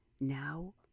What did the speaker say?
now